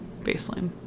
baseline